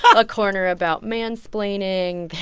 a corner about mansplaining. there